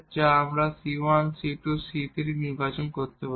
যা আমরা c1 c2 এবং c3 নির্বাচন করতে পারি